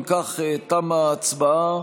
אם כך, תמה ההצבעה.